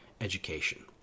education